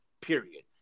Period